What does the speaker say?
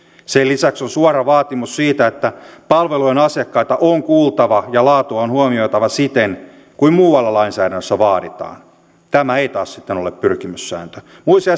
sen lisäksi on suora vaatimus siitä että palvelujen asiakkaita on kuultava ja laatua on huomioitava siten kuin muualla lainsäädännössä vaaditaan tämä ei taas sitten ole pyrkimyssääntö